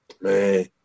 Man